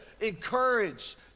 encourage